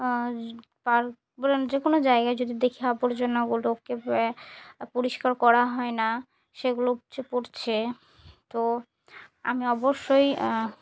পার্কে যে কোনো জায়গায় যদি দেখি আবর্জনাগুলোকে পরিষ্কার করা হয় না সেগুলো পড়ছে তো আমি অবশ্যই